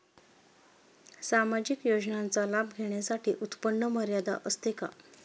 सामाजिक योजनांचा लाभ घेण्यासाठी उत्पन्न मर्यादा असते का?